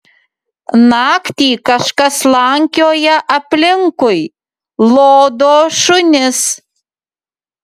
naktį kažkas slankioja aplinkui lodo šunis